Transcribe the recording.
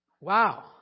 Wow